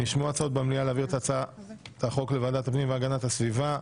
עבר לוועדת הפנית והגנת הסביבה.